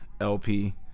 LP